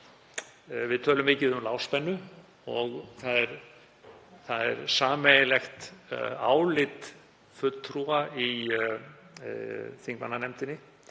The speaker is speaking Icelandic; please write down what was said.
Við tölum mikið um lágspennu og það er sameiginlegt álit fulltrúa í þingmannanefndinni,